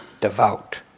devout